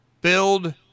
Build